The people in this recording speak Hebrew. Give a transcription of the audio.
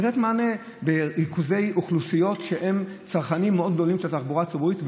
לתת מענה בריכוזי אוכלוסיות שהם צרכנים מאוד גדולים של תחבורה ציבורית,